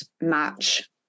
match